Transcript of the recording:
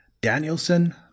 Danielson